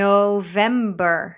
November